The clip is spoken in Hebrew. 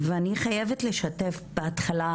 ואני חייבת לשתף בהתחלה